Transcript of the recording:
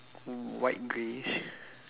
white greyish